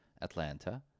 Atlanta